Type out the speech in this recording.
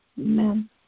Amen